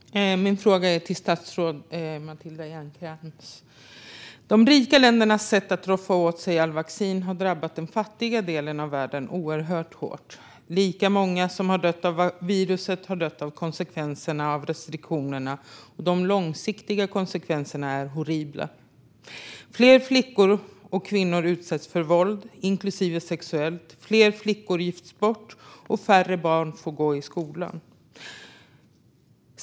Fru talman! Min fråga går till statsrådet Matilda Ernkrans. De rika ländernas sätt att roffa åt sig allt vaccin har drabbat den fattiga delen av världen oerhört hårt. Lika många som har dött av viruset har dött av konsekvenserna av restriktionerna, och de långsiktiga konsekvenserna är horribla. Fler flickor och kvinnor utsätts för våld, inklusive sexuellt våld. Fler flickor gifts bort, och färre barn får gå i skolan.